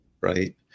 right